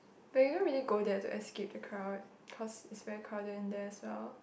but you don't really go there to escape the crowd cause it's very crowded in there as well